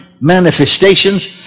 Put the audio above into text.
manifestations